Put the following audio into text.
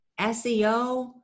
SEO